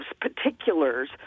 particulars